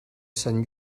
sant